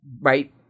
right